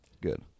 Good